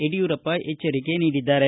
ಯಡಿಯೂರಪ್ಪ ಎಚ್ವರಿಕೆ ನೀಡಿದ್ದಾರೆ